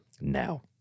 now